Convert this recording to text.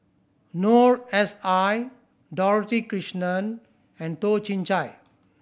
Noor S I Dorothy Krishnan and Toh Chin Chye